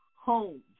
homes